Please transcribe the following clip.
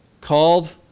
called